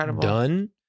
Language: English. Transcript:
done